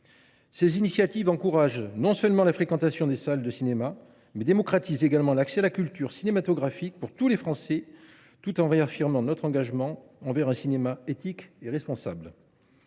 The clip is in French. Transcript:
Ces initiatives encouragent la fréquentation des salles de cinéma et démocratisent l’accès à la culture cinématographique pour tous les Français, tout en réaffirmant notre engagement envers un cinéma éthique et responsable.